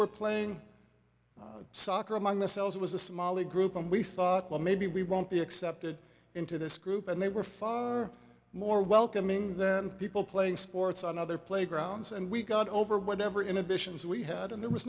were playing soccer among themselves it was a smaller group and we thought well maybe we won't be accepted into this group and they were far more welcoming than people playing sports on other playgrounds and we got over whatever inhibitions we had and there was